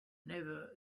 never